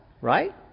right